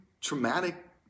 traumatic